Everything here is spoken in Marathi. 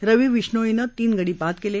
रवी बिष्णोईनं तीन गडी बाद केले